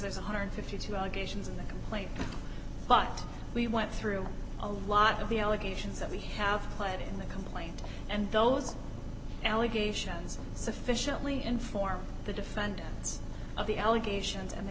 there's one hundred and fifty two dollars allegations in the complaint but we went through a lot of the allegations that we have pled in the complaint and those allegations sufficiently inform the defendants of the allegations and the